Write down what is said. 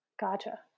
Gotcha